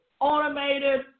automated